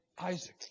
Isaac